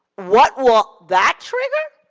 what will that trigger?